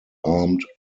armed